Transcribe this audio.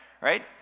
Right